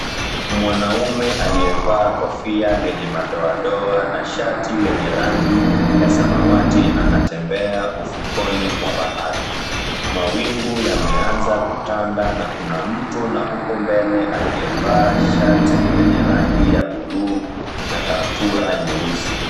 Mwanaume aliyevaa kofia lenye madoadoa na shati lenye rangi ya samawati anatembea ufukoni mwa bahari. Mawingu yameanza kutanda na kuna mtu na huko mbele aliyevaa shati lenye rangi ya buluu na kaptula nyeusi.